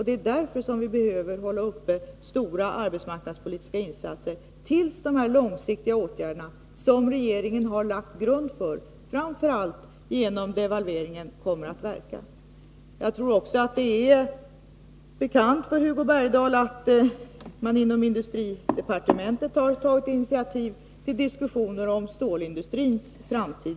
Det är därför som vi behöver hålla uppe stora arbetsmarknadspolitiska insatser tills de här långsiktiga åtgärderna — som regeringen lagt grund för framför allt genom devalveringen — kommer att verka. Jag tror också att det är bekant för Hugo Bergdahl att man inom industridepartementet har tagit initiativ till diskussioner om bl.a. stålindustrins framtid.